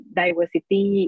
diversity